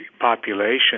population